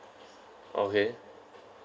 okay